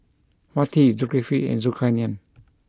Wati Zulkifli and Zulkarnain